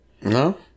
No